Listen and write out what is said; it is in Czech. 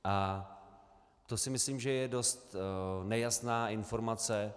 A to si myslím, že je dost nejasná informace.